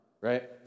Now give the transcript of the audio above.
Right